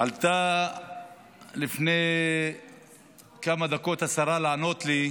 עלתה לפני כמה דקות השרה לענות לי,